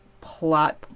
plot